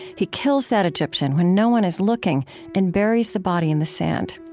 he kills that egyptian when no one is looking and buries the body in the sand.